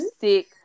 sick